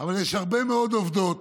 אבל יש הרבה מאוד עובדות